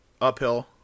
Uphill